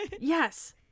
Yes